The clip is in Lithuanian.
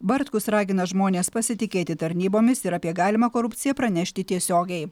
bartkus ragina žmones pasitikėti tarnybomis ir apie galimą korupciją pranešti tiesiogiai